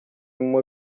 uma